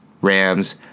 Rams